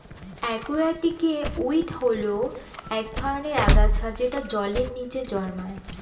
একুয়াটিকে উইড হল এক ধরনের আগাছা যেটা জলের নীচে জন্মায়